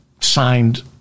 signed